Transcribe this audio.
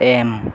M